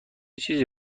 چیزی